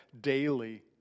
daily